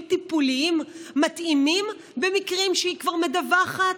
טיפולים מתאימים במקרים שהיא כבר מדווחת?